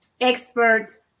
experts